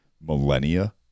millennia